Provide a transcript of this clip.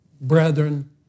Brethren